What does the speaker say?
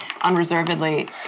unreservedly